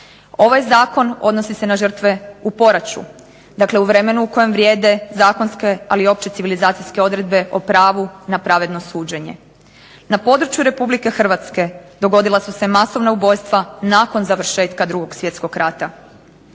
Ovaj zakon odnosi se na žrtve u poraću. Dakle, u vremenu u kojem vrijede zakonske, ali i opće civilizacijske odredbe o pravu na pravedno suđenje. Na području RH dogodila su se masovna ubojstva nakon završetka Drugog svjetskog rata.